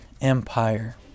empire